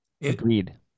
Agreed